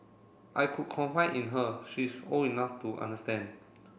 I could confide in her she is old enough to understand